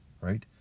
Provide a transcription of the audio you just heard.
right